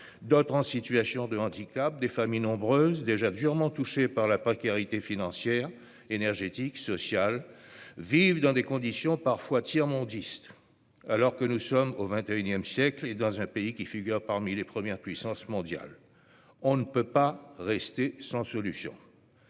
d'autres en situation de handicap, des familles nombreuses déjà durement touchées par la précarité financière, énergétique et sociale vivent dans des conditions parfois dignes du tiers-monde, alors que nous sommes au XXI siècle et dans un pays qui figure parmi les premières puissances mondiales. Nous ne pouvons pas rester sans solution.